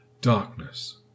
Darkness